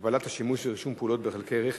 הגבלת השימוש ורישום פעולות בחלקי רכב